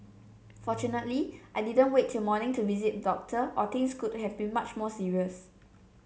fortunately I didn't wait till morning to visit doctor or things could have been much more serious